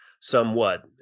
somewhat